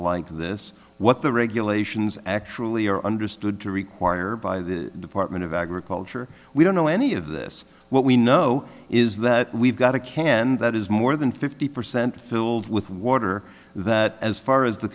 like this what the regulations actually are understood to require by the department of agriculture we don't know any of this what we know is that we've got a can that is more than fifty percent filled with water that as far as the